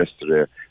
Yesterday